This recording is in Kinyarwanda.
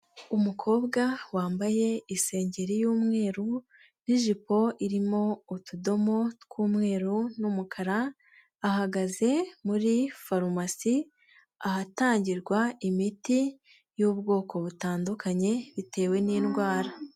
Umukobwa wambaye isengeri y'umweru n'ijipo irimo utudomo tw'umweru n'umukara, ahagaze muri farumasi ahatangirwa imiti y'ubwoko butandukanye bitewe ndwara.